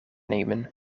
nemen